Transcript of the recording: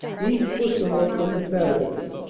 these push on indefatigably,